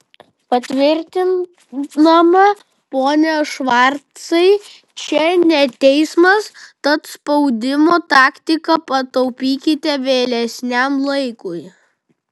patvirtinama pone švarcai čia ne teismas tad spaudimo taktiką pataupykite vėlesniam laikui